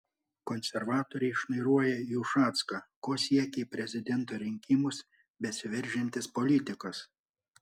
konservatoriai šnairuoja į ušacką ko siekia į prezidento rinkimus besiveržiantis politikas